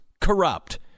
corrupt